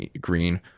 green